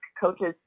coaches